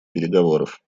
переговоров